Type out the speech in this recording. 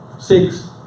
six